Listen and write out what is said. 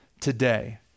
today